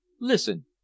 listen